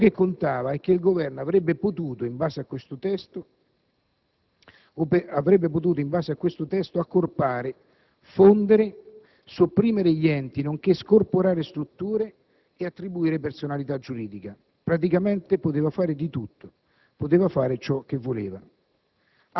Ciò che contava è che il Governo avrebbe potuto, in base a questo testo, accorpare, fondere, sopprimere gli enti, nonché scorporare strutture e attribuire personalità giuridica: praticamente poteva fare di tutto, poteva fare ciò che voleva.